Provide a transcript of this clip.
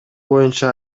боюнча